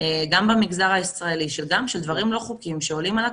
גם במגזר הישראלי גם של דברים לא חוקיים שעולים על הקרקע.